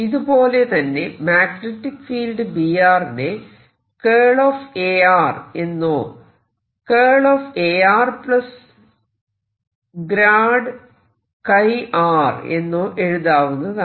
ഇതുപോലെ തന്നെ magnetic field B നെ A എന്നോ A എന്നോ എഴുതാവുന്നതാണ്